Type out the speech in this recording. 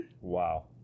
Wow